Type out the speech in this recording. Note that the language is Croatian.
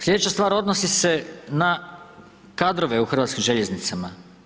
Sljedeća stvar odnosi se na kadrove u Hrvatskim željeznicama.